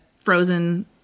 Frozen